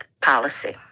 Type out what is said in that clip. policy